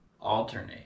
alternate